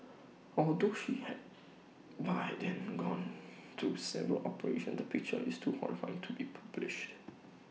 although she had by then gone through several operations the picture is too horrifying to be published